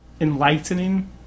enlightening